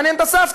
מעניין את הסבתא,